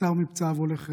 נפטר מפצעיו הולך רגל,